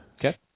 Okay